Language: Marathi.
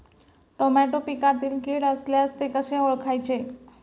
टोमॅटो पिकातील कीड असल्यास ते कसे ओळखायचे?